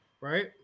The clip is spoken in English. right